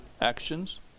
actions